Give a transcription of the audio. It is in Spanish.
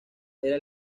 era